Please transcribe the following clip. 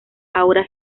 ahora